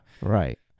Right